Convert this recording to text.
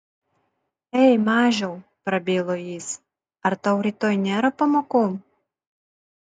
ei mažiau prabilo jis ar tau rytoj nėra pamokų